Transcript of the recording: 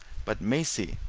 but, maisie,